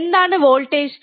എന്താണ് വോൾട്ടേജ്